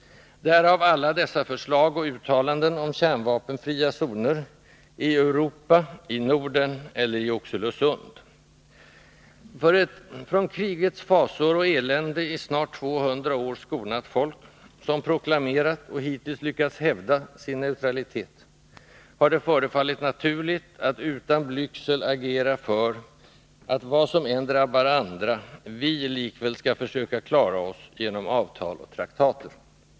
Därav alla dessa förslag och uttalanden om kärnvapenfria zoner — i Europa, i Norden eller i Oxelösund. För ett från krigets fasor och elände i snart 200 år skonat folk, som proklamerat, och hittills lyckats hävda, sin neutralitet, har det förefallit naturligt att utan blygsel agera för att — vad som än drabbar andra — vi likväl skall försöka klara oss, genom avtal och traktater.